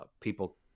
people